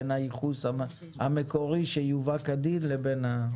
בין הייחוס המקורי שיובא כדין לבין שיובא בייבוא מקביל.